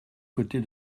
côté